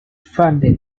funded